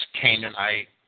Canaanite